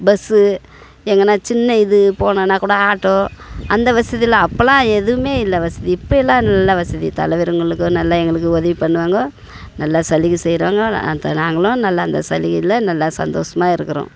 bus எங்கேனா சின்ன இது போகணுன்னாகூட ஆட்டோ அந்த வசதியெலாம் அப்போல்லாம் எதுவுமே இல்லை வசதி இப்போ எல்லாம் நல்ல வசதி தலைவருங்களுக்கு நல்லா எங்களுக்கு உதவி பண்ணுவாங்கோ நல்லா சலுகை செய்கிறாங்கோ நாங்களும் நல்லா அந்த சலுகையில் நல்லா சந்தோஷமா இருக்கிறோம்